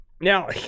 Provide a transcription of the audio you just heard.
now